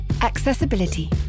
Accessibility